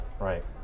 right